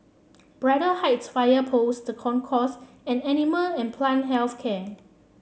Braddell Heights Fire Post The Concourse and Animal and Plant Health Care